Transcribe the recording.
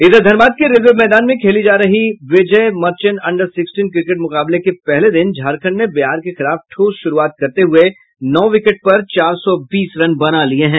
इधर धनबाद के रेलवे मैदान में खेली जा रहे Vijay Merchant under sixteen cricket मुकाबले के पहले दिन झारखण्ड ने बिहार के खिलाफ ठोस शुरूआत करते हुये नौ विकेट पर चार सौ बीस रन बना लिये हैं